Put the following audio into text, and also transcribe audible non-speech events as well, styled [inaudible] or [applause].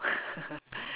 [laughs]